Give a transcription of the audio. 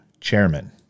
chairman